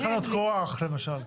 תחנת כוח למשל.